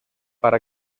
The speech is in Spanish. para